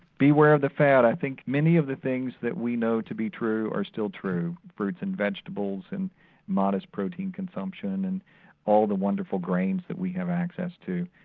beware of the fat i think many of the things that we know to be true are still true. fruits and vegetables and modest protein consumption and all the wonderful grains that we have access to,